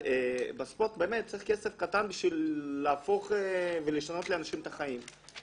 בספורט צריך כסף קטן כדי להפוך ולשנות לאנשים את החיים.